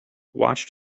watched